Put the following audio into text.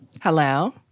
Hello